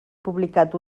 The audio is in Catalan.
publicat